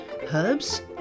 herbs